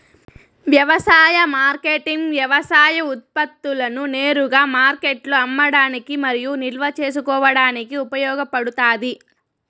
వ్యవసాయ మార్కెటింగ్ వ్యవసాయ ఉత్పత్తులను నేరుగా మార్కెట్లో అమ్మడానికి మరియు నిల్వ చేసుకోవడానికి ఉపయోగపడుతాది